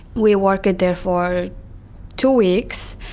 we worked there for two weeks.